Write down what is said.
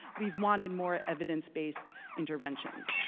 we've wanted more evidence based interventions,